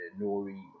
nori